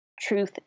truth